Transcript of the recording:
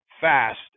fast